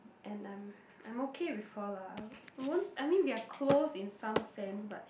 and I'm I'm okay with her lah I won't I mean we're close in some sense but